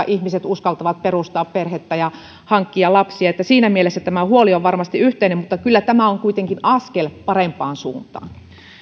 ihmiset uskaltavat perustaa perhettä ja hankkia lapsia eli siinä mielessä tämä huoli on varmasti yhteinen mutta kyllä tämä on kuitenkin askel parempaan suuntaan